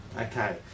Okay